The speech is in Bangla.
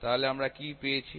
তাহলে আমরা কি পেয়েছি